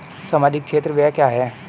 सामाजिक क्षेत्र व्यय क्या है?